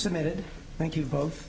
submitted thank you both